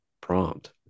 prompt